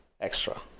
extra